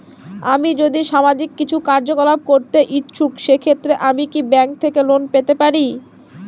আমি যদি সামাজিক কিছু কার্যকলাপ করতে ইচ্ছুক সেক্ষেত্রে আমি কি ব্যাংক থেকে লোন পেতে পারি?